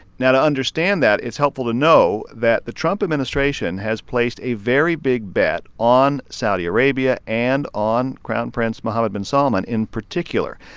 now, to understand that, it's helpful to know that the trump administration has placed a very big bet on saudi arabia and on crown prince mohammed bin salman in particular.